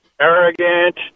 arrogant